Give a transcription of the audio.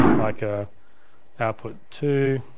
like, ah output two,